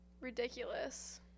ridiculous